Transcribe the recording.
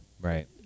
right